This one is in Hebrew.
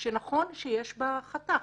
שנכון שיש בה חתך.